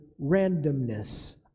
randomness